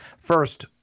First